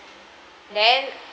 then